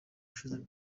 ushize